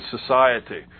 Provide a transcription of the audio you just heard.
society